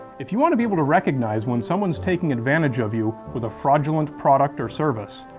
if you want to be able to recognize when someone's taking advantage of you with a fraudulent product or service,